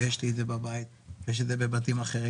ויש לי את זה בבית ויש את זה בבתים אחרים.